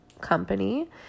company